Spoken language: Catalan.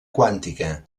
quàntica